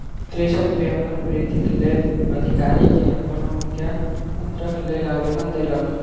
कृषक व्यापार वृद्धिक लेल अधिकारी के अनुज्ञापत्रक लेल आवेदन देलक